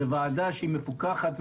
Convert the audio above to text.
זאת ועדה שמפוקחת,